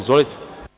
Izvolite.